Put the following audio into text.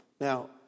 Now